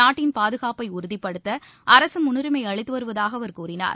நாட்டின் பாதுகாப்பை உறுதிபடுத்த அரசு முன்னுரிமை அளித்து வருவதாக அவர் கூறினார்